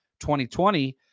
2020